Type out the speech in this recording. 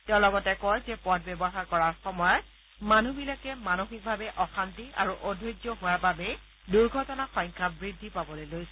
তেওঁ লগতে কয় যে পথ ব্যৱহাৰ কৰাৰ সময়ত মানুহ বিলাক মানসিকভাৱে অশান্তি আৰু অধৈৰ্য্য হোৱাৰ বাবেই দুৰ্ঘটনাৰ সংখ্যা বৃদ্ধি পাবলৈ লৈছে